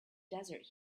desert